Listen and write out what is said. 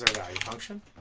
function